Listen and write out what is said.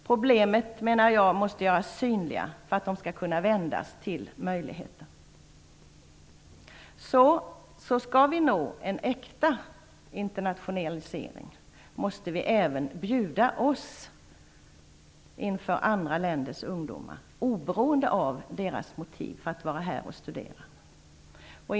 Problemet måste göras synligare för att kunna vändas till möjligheter. Om vi skall nå en äkta internationalisering måste vi även tänka på hur vi bjuder oss inför andra länders ungdomar, oavsett deras motiv för att studera här.